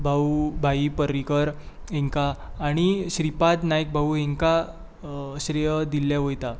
भाऊ भाई पर्रिकार हेंकां आनी श्रीपाद भाऊ हेंकां हो श्रेय दिल्ले वयता